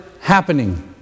happening